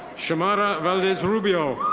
shamara valdez-rubio.